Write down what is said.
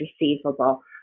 receivable